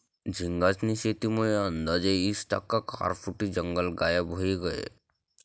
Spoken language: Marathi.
झींगास्नी शेतीमुये आंदाज ईस टक्का खारफुटी जंगल गायब व्हयी गयं